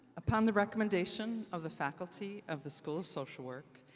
upon the recommendation of the faculty of the school of social work,